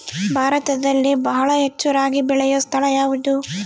ಭಾರತದಲ್ಲಿ ಬಹಳ ಹೆಚ್ಚು ರಾಗಿ ಬೆಳೆಯೋ ಸ್ಥಳ ಯಾವುದು?